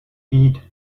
heed